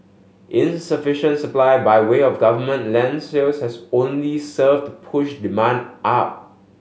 insufficient supply by way of government land sales has only served to push demand up